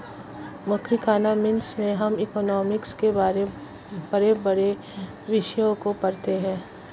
macroeconomics में हम economics के बड़े बड़े विषयों को पढ़ते हैं